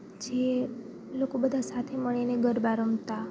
જે લોકો બધા સાથે મળીને ગરબા રમતા